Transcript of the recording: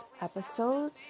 episode